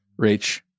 Rach